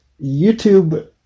YouTube